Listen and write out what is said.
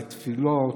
לתפילות,